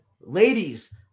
Ladies